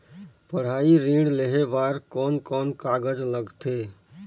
पढ़ाई ऋण लेहे बार कोन कोन कागज लगथे?